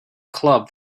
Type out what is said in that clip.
club